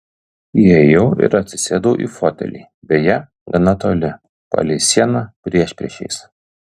įėjau ir atsisėdau į fotelį beje gana toli palei sieną priešpriešiais